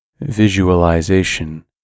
Visualization